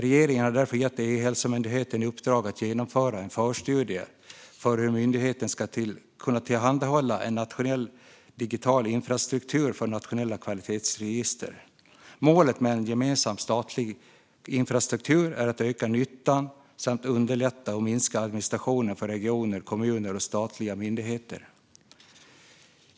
Regeringen har därför gett E-hälsomyndigheten i uppdrag att genomföra en förstudie om hur myndigheten ska kunna tillhandahålla en nationell digital infrastruktur för nationella kvalitetsregister. Målet med en gemensam statlig infrastruktur är att öka nyttan samt underlätta och minska administrationen för regioner, kommuner och statliga myndigheter.